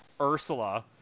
Ursula